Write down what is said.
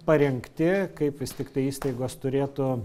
parengti kaip vis tiktai įstaigos turėtų